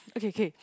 okay okay